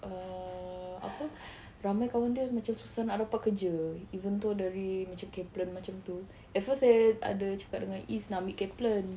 err apa ramai kawan dia macam susah nak dapat kerja even though dari macam Kaplan macam tu at first saya ada cakap dengan izz nak ambil Kaplan